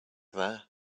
there